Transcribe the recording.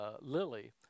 Lily